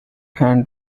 hand